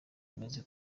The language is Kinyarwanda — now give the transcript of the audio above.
imeze